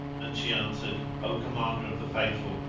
and she answered, o commander of the faithful,